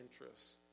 interests